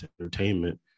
entertainment